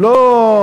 הם לא ממציאים,